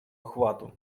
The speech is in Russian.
охвату